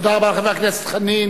תודה רבה לחבר הכנסת חנין.